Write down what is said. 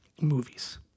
movies